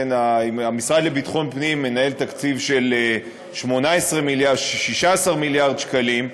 המשרד לביטחון פנים מנהל תקציב של 16 מיליארד שקלים.